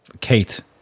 Kate